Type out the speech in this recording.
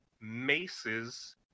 Mace's